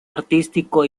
artístico